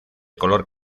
color